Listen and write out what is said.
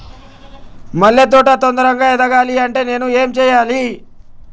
మల్లె తోట తొందరగా ఎదగాలి అంటే నేను ఏం చేయాలి?